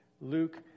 Luke